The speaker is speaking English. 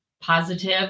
positive